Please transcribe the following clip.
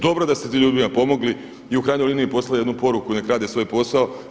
Dobro da ste tim ljudima pomogli i u krajnjoj liniji poslali jednu poruku, neka rade svoj posao.